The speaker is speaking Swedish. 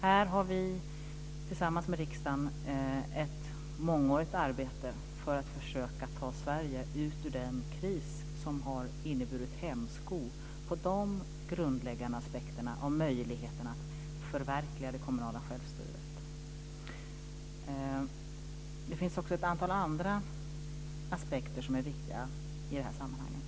Här har vi tillsammans med riksdagen ett mångårigt arbete för att försöka ta Sverige ut ur den kris som har inneburit en hämsko på de grundläggande aspekterna och möjligheterna att förverkliga det kommunala självstyret. Det finns också ett antal andra aspekter som är viktiga i det här sammanhanget.